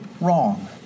wrong